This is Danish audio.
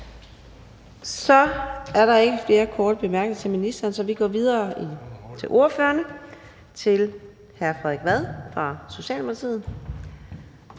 Så er der ikke flere korte bemærkninger til ministeren, så vi går videre til ordførerne. Hr. Frederik Vad fra Socialdemokratiet.